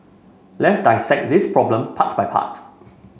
let's dissect this problem part by part